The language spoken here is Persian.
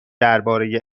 درباره